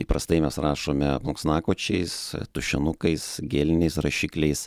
įprastai mes rašome plunksnakočiais tušinukais geliniais rašikliais